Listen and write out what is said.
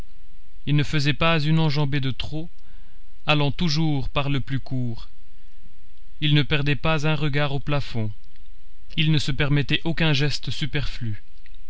il ne faisait pas une enjambée de trop allant toujours par le plus court il ne perdait pas un regard au plafond il ne se permettait aucun geste superflu